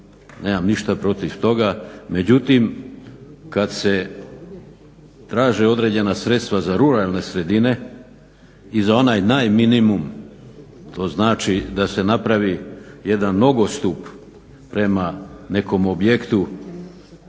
nemam ništa protiv toga, međutim kad se traže određena sredstva za ruralne sredine i za onaj naj minimum, to znači da se napravi jedan nogostup prema nekom objektu